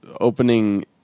opening